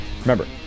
Remember